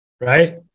right